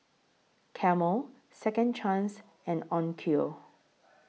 Camel Second Chance and Onkyo